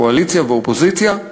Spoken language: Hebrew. והקואליציה והאופוזיציה,